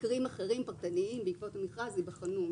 מקרים אחרים פרטניים בעקבות המכרז, ייבחנו.